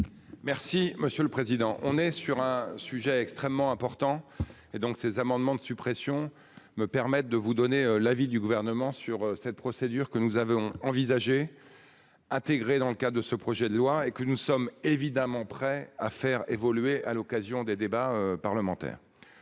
Merci monsieur le président. On est sur un sujet extrêmement important, et donc ces amendements de suppression me permettent de vous donner l'avis du gouvernement sur cette procédure que nous avons envisagé. Intégré dans le cas de ce projet de loi et que nous sommes évidemment prêts à faire évoluer à l'occasion des débats parlementaires.